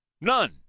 None